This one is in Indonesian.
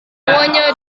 hawanya